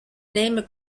named